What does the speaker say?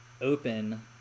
open